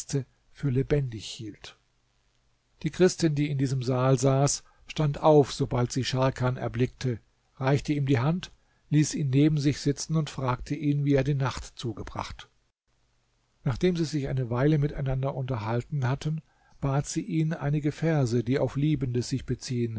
für lebendig hielt die christin die in diesem saal saß stand auf sobald sie scharkan erblickte reichte ihm die hand ließ ihn neben sich sitzen und fragte ihn wie er die nacht zugebracht nachdem sie sich eine weile miteinander unterhalten hatten bat sie ihn einige verse die auf liebende sich beziehen